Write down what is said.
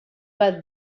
bat